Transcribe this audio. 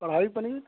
kadai paneer